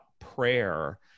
prayer